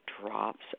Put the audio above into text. drops